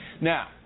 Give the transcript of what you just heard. Now